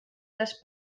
les